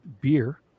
beer